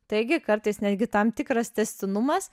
taigi kartais netgi tam tikras tęstinumas